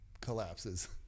collapses